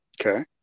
Okay